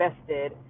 invested